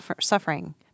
suffering